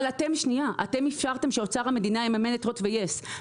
אבל אתם אפשרתם שאוצר המדינה יממן את הוט ויס,